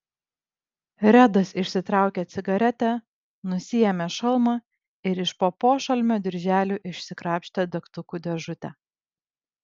redas išsitraukė cigaretę nusiėmė šalmą ir iš po pošalmio dirželių išsikrapštė degtukų dėžutę